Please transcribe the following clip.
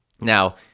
Now